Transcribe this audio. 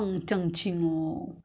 it's nothing much I mean the